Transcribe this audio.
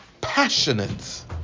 passionate